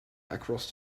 across